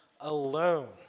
alone